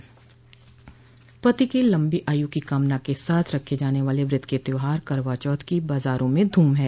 पति की लम्बी आयु की कामना के साथ रखे जाने वाले व्रत के त्यौहार करवाचौथ की बाजारों में धूम है